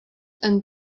and